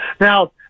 Now